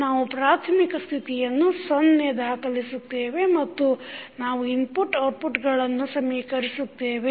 ನಾವು ಪ್ರಾಥಮಿಕ ಸ್ಥಿತಿಯನ್ನು 0ಸೊನ್ನೆ ದಾಖಲಿಸುತ್ತೇವೆ ಮತ್ತು ನಾವು ಇನ್ಪುತ್ ಔಟ್ಪುಟ್ಗಳನ್ನು ಸಮೀಕರಿಸುತ್ತೇವೆ